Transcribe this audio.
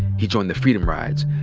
he joined the freedom rides,